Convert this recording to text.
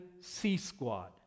C-squad